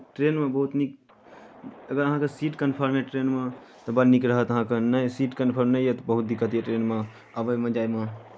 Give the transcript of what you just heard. ट्रेनमे बहुत नीक अगर अहाँके सीट कन्फर्म अछि ट्रेनमे तऽ बड़ नीक रहत अहाँके नहि सीट कन्फर्म नहि अछि तऽ बहुत दिक्कत यए ट्रेनमे अबयमे जायमे